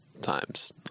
times